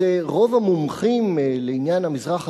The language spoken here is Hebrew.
אז רוב המומחים לעניין המזרח התיכון,